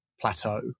plateau